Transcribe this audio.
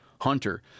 hunter